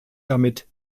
damit